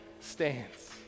stands